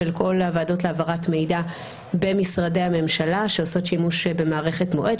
של כל הוועדות להעברת מידע במשרדי הממשלה שעושות שימוש במערכת מועד,